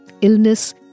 illness